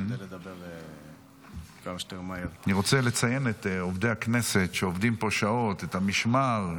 אני רוצה לציין את עובדי הכנסת שעובדים פה שעות: את המשמר,